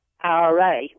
IRA